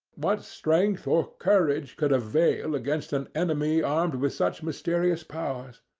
what strength or courage could avail against an enemy armed with such mysterious powers?